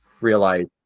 realize